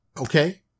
Okay